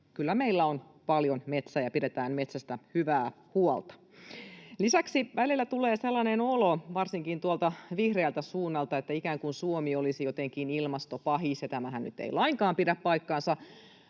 kyllä meillä on paljon metsää, ja pidetään metsästä hyvää huolta. Lisäksi välillä tullee sellainen olo varsinkin tuolta vihreältä suunnalta, että ikään kuin Suomi olisi jotenkin ilmastopahis, ja tämähän nyt ei lainkaan pidä paikkaansa.